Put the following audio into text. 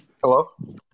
Hello